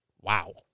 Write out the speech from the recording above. wow